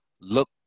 Look